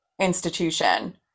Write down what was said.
institution